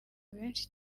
benshi